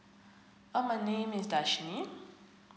uh my name is darshini